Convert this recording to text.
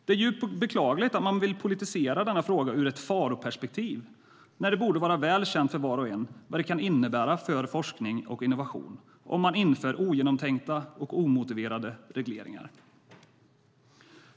Det är djupt beklagligt att man vill politisera denna fråga ur ett faroperspektiv när det borde vara väl känt för var och en vad det kan innebära för forskning och innovation om man inför ogenomtänkta och omotiverade regleringar.